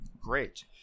great